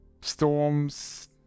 storms